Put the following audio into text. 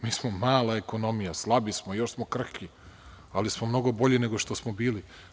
Mi smo mala ekonomija, slabi smo, još smo krhki, ali smo mnogo bolji nego što smo bili.